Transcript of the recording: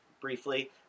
briefly